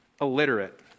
illiterate